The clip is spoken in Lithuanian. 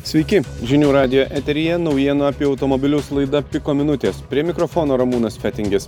sveiki žinių radijo eteryje naujienų apie automobilius laida piko minutės prie mikrofono ramūnas fetingis